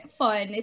fun